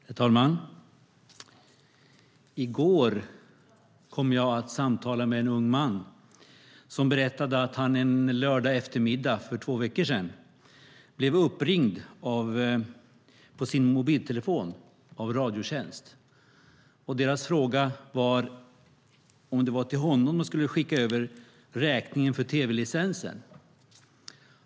Herr talman! I går kom jag att samtala med en ung man som berättade att han en lördagseftermiddag för två veckor sedan blev uppringd på sin mobiltelefon av Radiotjänst. Deras fråga var om det var till honom de skulle skicka över räkningen för tv-licensen.